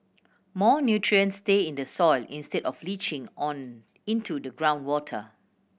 more nutrients stay in the soil instead of leaching on into the groundwater